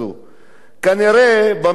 כנראה במדינה הזו,